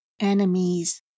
enemies